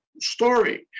story